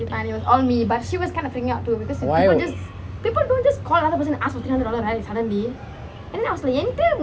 why